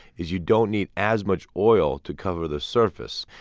is you don't need as much oil to cover the surface.